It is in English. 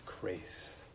grace